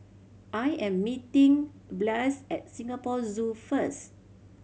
I am meeting Blaise at Singapore Zoo first